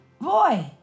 Boy